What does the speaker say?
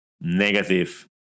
negative